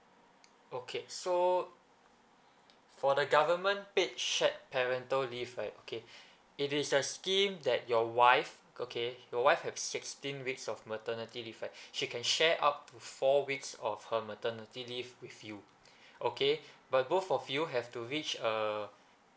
okay so for the government paid shared parental leave right okay it is a scheme that your wife okay your wife have sixteen weeks of maternity leave right she can share up to four weeks of her maternity leave with you okay but both of you have to reach a